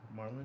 Marlon